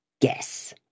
Guess